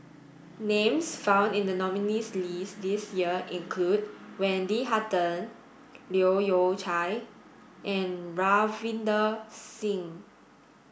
names found in the nominees' list this year include Wendy Hutton Leu Yew Chye and Ravinder Singh